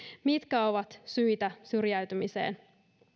mitkä ovat syitä syrjäytymiseen